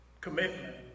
Commitment